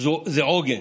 זה עוגן,